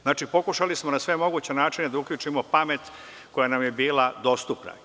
Znači, pokušali smo na sve moguće načine da uključimo pamet koja nam je bila dostupna.